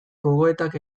gogoetak